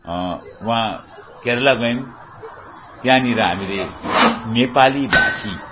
वहाँ केरेला गयौँ त्यहाँनिर हामीले नेपालीभाषी